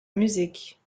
musique